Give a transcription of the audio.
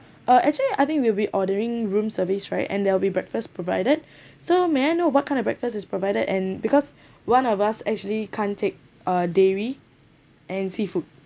uh actually I think will be ordering room service right and there will be breakfast provided so may I know what kind of breakfast is provided and because one of us actually can't take uh dairy and seafood